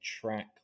track